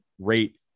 rate